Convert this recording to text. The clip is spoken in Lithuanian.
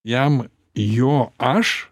jam jo aš